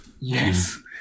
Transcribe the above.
yes